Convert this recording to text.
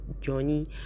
journey